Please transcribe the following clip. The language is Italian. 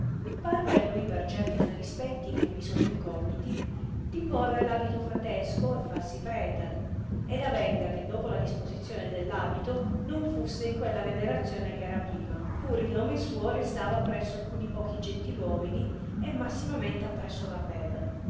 parve a lui per certi suoi rispetti che mi sono incognito di porre abito fratesco e farsi prete i ed avenga che dopo la diposizione dell abito non fusse in quella venerazione che era prima pur il nome suo restava appresso alcuni pochi gentil uomini e massimamente appresso la plebe